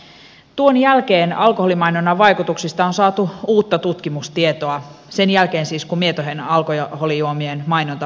mutta tuon jälkeen alkoholimainonnan vaikutuksista on saatu uutta tutkimustietoa sen jälkeen siis kun mietojen alkoholijuomien mainonta vapautettiin